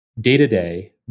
day-to-day